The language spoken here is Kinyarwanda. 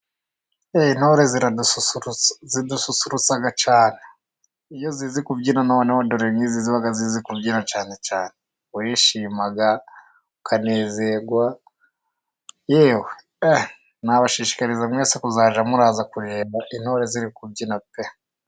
Intore ziradususurutsa zidususurutsa cyane iyo zizi kubyina, noneho dore nk'izi ziba zizi kubyina cyane cyane, urishima ukanezerwa yewe nabashishikariza mwese kuzajya muza kureba intore ziri kubyina pe!